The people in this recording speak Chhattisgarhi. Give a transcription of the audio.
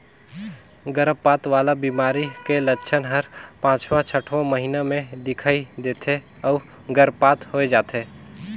गरभपात वाला बेमारी के लक्छन हर पांचवां छठवां महीना में दिखई दे थे अउ गर्भपात होय जाथे